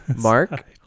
Mark